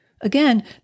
Again